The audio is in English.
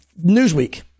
Newsweek